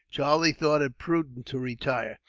charlie thought it prudent to retire.